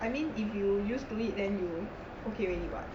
I mean if you used to it then you okay already [what]